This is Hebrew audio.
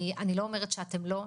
אני לא אומרת שאתם לא,